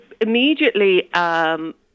immediately